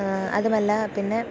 അതുമല്ല പിന്നെ